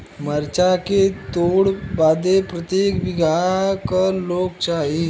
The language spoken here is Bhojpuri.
मरचा के तोड़ बदे प्रत्येक बिगहा क लोग चाहिए?